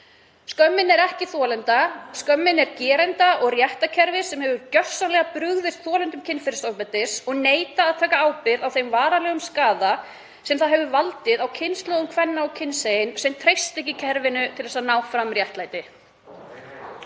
Skömmin er ekki þolenda. Skömmin er gerenda og réttarkerfis sem hefur gjörsamlega brugðist þolendum kynferðisofbeldis og neitar að taka ábyrgð á þeim varanlega skaða sem það hefur valdið á kynslóðum kvenna og kynsegin sem treysta ekki kerfinu til að ná fram réttlæti.